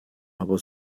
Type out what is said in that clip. aber